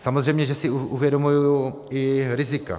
Samozřejmě, že si uvědomuji i rizika.